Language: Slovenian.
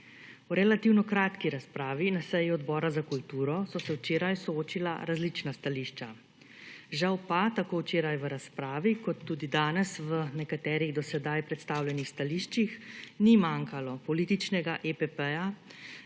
V relativno kratki razpravi na seji Odbora za kulturo so se včeraj soočila različna stališča. Žal pa tako včeraj v razpravi kot tudi danes v nekaterih do sedaj predstavljenih stališčih ni manjkalo političnega EPP-ja,